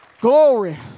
Glory